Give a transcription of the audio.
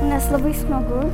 nes labai smagu